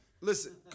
Listen